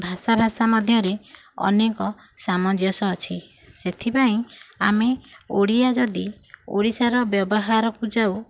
ଭାଷା ଭାଷା ମଧ୍ୟରେ ଅନେକ ସାମଞ୍ଜସ୍ୟ ଅଛି ସେଥିପାଇଁ ଆମେ ଓଡ଼ିଆ ଯଦି ଓଡ଼ିଶାର ବ୍ୟବହାରକୁ ଯାଉ